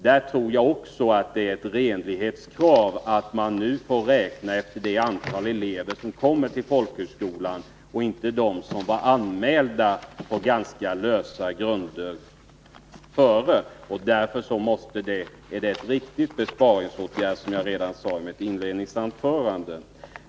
Jag tror att det är ett renlighetskrav att folkhögskolorna nu får räkna efter det antal elever som kommer och inte efter det antal som tydligen har anmälts och antagits på ganska lösa grunder. Därför är detta en riktig besparingsåtgärd, som jag sade redan i mitt inledningsanförande.